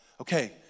okay